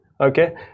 Okay